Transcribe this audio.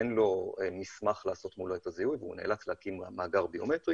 אין לו מסמך לעשות מול את הזיהוי והוא נאלץ להקים מאגר ביומטרי